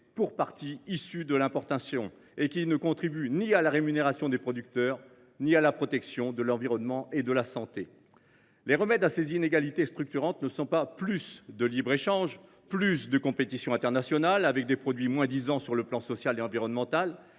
pour partie issus de l’importation, et qui ne contribuent ni à la rémunération des producteurs ni à la protection de l’environnement et de la santé. Le remède à ces inégalités structurantes, madame la ministre, ce n’est pas plus de libre échange, plus de compétition internationale, donc de produits issus du moins disant social et environnemental,